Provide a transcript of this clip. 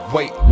Wait